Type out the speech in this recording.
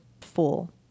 full